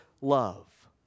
love